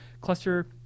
cluster